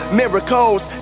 miracles